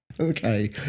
Okay